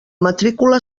matrícula